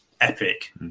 epic